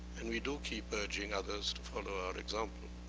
and we do keep urging others to follow our example.